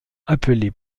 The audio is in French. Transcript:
appelé